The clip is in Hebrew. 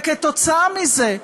וכתוצאה מזה,